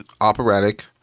operatic